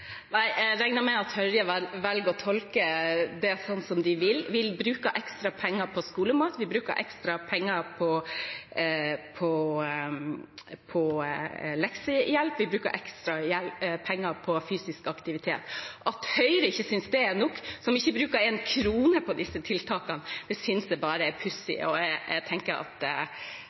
Jeg regner med at Høyre velger å tolke det som de vil. Vi bruker ekstra penger på skolemat, vi bruker ekstra penger på leksehjelp, vi bruker ekstra penger på fysisk aktivitet. At Høyre ikke synes det er nok, som ikke bruker en krone på disse tiltakene, synes jeg bare er pussig, og jeg tenker at da har jeg ikke noe annet og bedre svar enn at